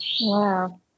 wow